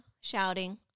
shouting